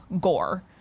gore